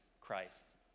Christ